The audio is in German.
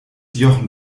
jochen